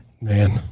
Man